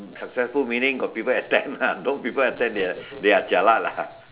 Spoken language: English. successful meaning got people attend lah no people attend they are jialat lah